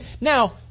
now